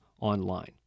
online